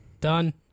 Done